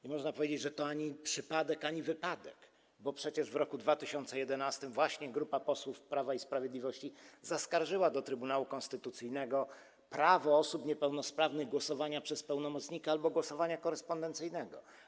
Nie można powiedzieć, że to ani przypadek, ani wypadek, bo przecież w roku 2011 właśnie grupa posłów Prawa i Sprawiedliwości zaskarżyła do Trybunału Konstytucyjnego prawo osób niepełnosprawnych do głosowania przez pełnomocnika albo głosowania korespondencyjnego.